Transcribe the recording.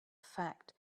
fact